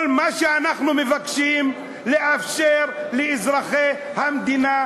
כל מה שאנחנו מבקשים זה לאפשר לאזרחי המדינה,